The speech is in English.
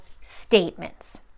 statements